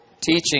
teaching